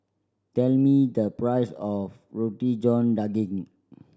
tell me the price of Roti John Daging